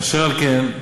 אשר על כן,